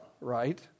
right